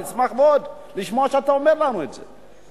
אני אשמח מאוד לשמוע שאתה אומר לנו את זה.